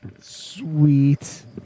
sweet